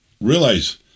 realize